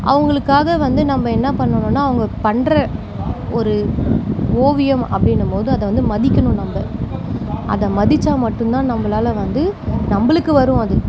அவங்களுக்காக வந்து நம்ம என்ன பண்ணணும்னா அவங்க பண்ணுற ஒரு ஓவியம் அப்படின்னம்மோது அதை வந்து மதிக்கணும் நம்ம அதை மதிச்சால் மட்டுந்தான் நம்மளால வந்து நம்மளுக்கு வரும் அது